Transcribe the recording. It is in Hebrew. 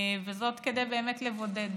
כדי באמת לבודד.